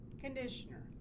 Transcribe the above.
conditioner